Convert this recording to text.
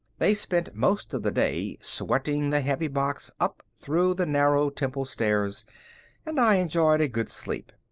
they spent most of the day sweating the heavy box up through the narrow temple stairs and i enjoyed a good sleep.